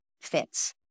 fits